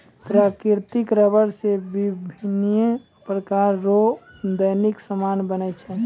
प्राकृतिक रबर से बिभिन्य प्रकार रो दैनिक समान बनै छै